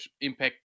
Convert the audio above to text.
impact